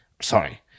Sorry